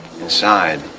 inside